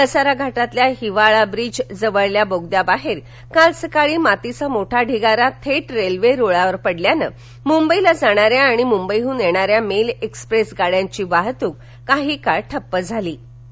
कसारा घाटातील हिवाळा ब्रीज जवळील बोगद्याबाहेर काल सकाळी मातीचा मोठा ढिगारा थेट रेल्वे रुळावर पडल्यानं मुंबईला जाणाऱ्या आणि मुंबईहून येणाऱ्या मेल एक्सप्रेस गाडयांची वाहतूक काही काळ ठप्प झाली होती